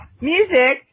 music